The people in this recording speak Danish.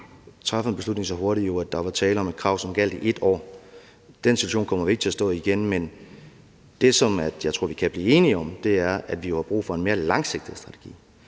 træffe en beslutning så hurtigt, jo, at der var tale om et krav, som gjaldt i 1 år. Den situation kommer vi ikke til at stå i igen. Men det, som jeg tror vi kan blive enige om, er, at vi har brug for en mere langsigtet strategi.